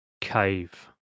Cave